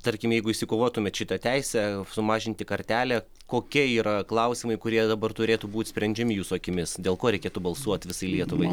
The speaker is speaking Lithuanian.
tarkim jeigu išsikovotumėt šitą teisę sumažinti kartelę kokie yra klausimai kurie dabar turėtų būt sprendžiami jūsų akimis dėl ko reikėtų balsuot visai lietuvai